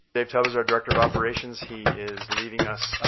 dave tubb is our director of operations. he is leaving us.